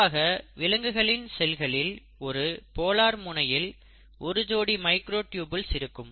பொதுவாக விலங்குகளின் செல்களில் ஒரு போலார் முனையில் ஒரு ஜோடி மைக்ரோடியூபுல்ஸ் இருக்கும்